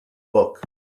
book